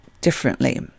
differently